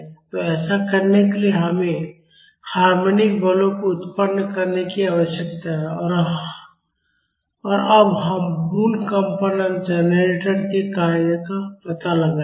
तो ऐसा करने के लिए हमें हार्मोनिक बलों को उत्पन्न करने की आवश्यकता है और अब हम मूल कंपन जनरेटर के कार्य का पता लगाएंगे